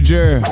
Jer